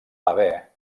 haver